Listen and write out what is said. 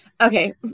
okay